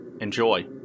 enjoy